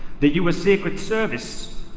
the us secret service,